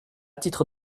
titre